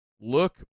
look